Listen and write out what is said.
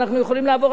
עשר סיבובים.